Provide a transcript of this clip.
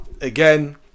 again